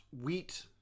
wheat